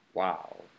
Wow